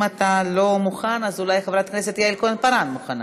אם אתה לא מוכן אז אולי חברת הכנסת יעל כהן-פארן מוכנה.